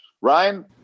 Ryan